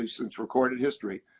and since recorded history.